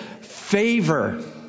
favor